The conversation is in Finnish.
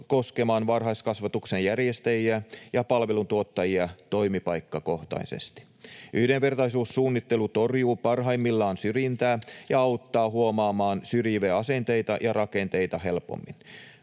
koskemaan varhaiskasvatuksen järjestäjiä ja palveluntuottajia toimipaikkakohtaisesti. Yhdenvertaisuussuunnittelu torjuu parhaimmillaan syrjintää ja auttaa huomaamaan syrjiviä asenteita ja rakenteita helpommin.